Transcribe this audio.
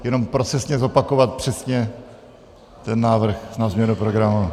Jenom procesně zopakovat přesně ten návrh na změnu programu.